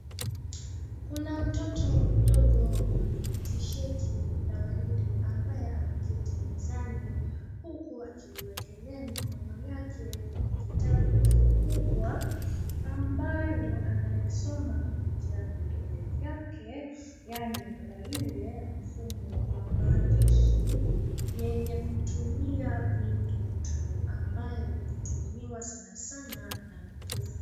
Kuna mtoto mdogo mwenye tisheti la waridi ambaye ameketi mezani, huku akiliwekelea mikono yake kwenye kitabu kikubwa, ambayo analisoma kupitia vidole vyake, yaani braille , mfumo wa maandishi yenye kutumia vindutu ambayo hutumiwa sana sana na kipofu.